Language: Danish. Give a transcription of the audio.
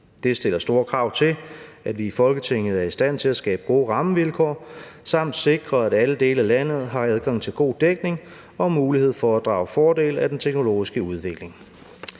Det stiller store krav til, at vi i Folketinget er i stand til at skabe gode rammevilkår samt sikre, at alle dele af landet har adgang til god dækning og mulighed for at drage fordel af den teknologiske udvikling.